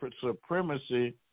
supremacy